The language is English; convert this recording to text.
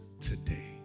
today